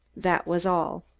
that was all.